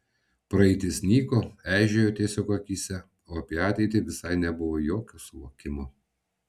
praeitis nyko eižėjo tiesiog akyse o apie ateitį visai nebuvo jokio suvokimo